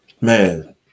man